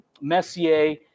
Messier